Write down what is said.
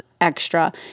extra